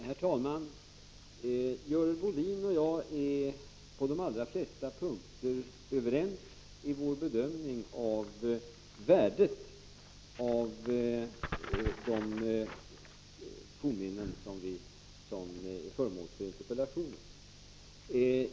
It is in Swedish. Herr talman! Görel Bohlin och jag är på de allra flesta punkter överens i vår bedömning av värdet av de fornminnen som är föremål för interpellationen.